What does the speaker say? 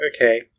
okay